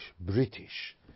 British